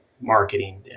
marketing